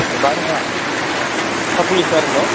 बाहेरा फिसा फुलिखौ आरो न'